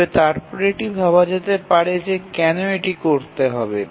তবে তারপরে এটি ভাবা যেতে পারে যে কেন এটি করতে হবে